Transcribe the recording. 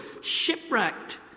Shipwrecked